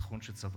פלוג.